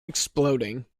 exploding